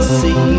see